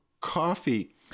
coffee